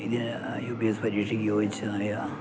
ഇതിന് U P S C പരീക്ഷയ്ക്ക് യോജിച്ചതായ